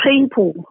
people